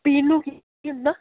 ਪੀਣ ਨੂੰ ਕੀ ਕੀ ਹੁੰਦਾ